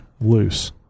loose